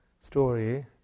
story